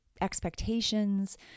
expectations